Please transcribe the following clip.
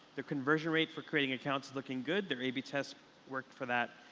the conversion rate for creating accounts looking good. their a b test worked for that.